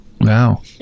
wow